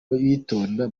bitonda